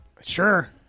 Sure